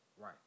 Right